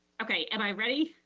okay. am i ready?